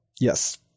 yes